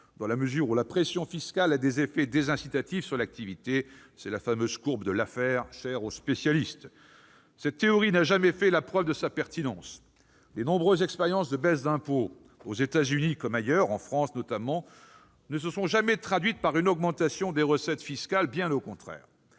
dans la mesure où la pression fiscale a des effets désincitatifs sur l'activité. C'est la fameuse courbe de Laffer, chère aux spécialistes. Cette théorie n'a jamais fait la preuve de sa pertinence. Si ! Les nombreuses expériences de baisses d'impôts, aux États-Unis comme ailleurs, en France notamment, ne se sont jamais traduites par une augmentation des recettes fiscales, bien au contraire.